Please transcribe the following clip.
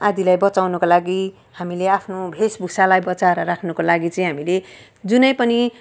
आदिलाई बचाउनको लागि हामीले आफ्नो भेषभूषालाई बचाएर राख्नको लागि हामीले जुनै पनि